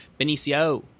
Benicio